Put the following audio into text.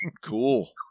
cool